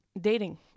Dating